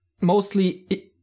mostly